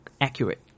accurate